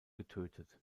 getötet